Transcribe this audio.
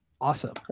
Awesome